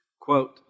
Quote